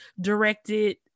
directed